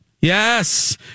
Yes